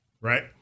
right